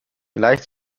gleich